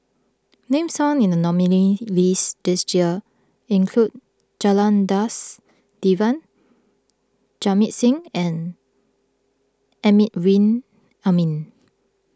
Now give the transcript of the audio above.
names found in the nominees' list this year include Janadas Devan Jamit Singh and Amrin Amin